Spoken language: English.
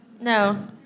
No